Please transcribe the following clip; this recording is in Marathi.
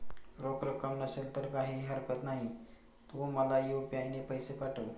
रोख रक्कम नसेल तर काहीही हरकत नाही, तू मला यू.पी.आय ने पैसे पाठव